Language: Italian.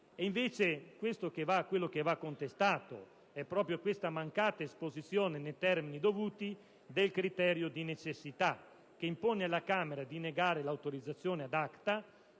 Invece, ciò che va contestato è proprio questa mancata esposizione nei termini dovuti del criterio di necessità che impone alla Camera di negare l'autorizzazione *ad acta*